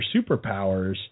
superpowers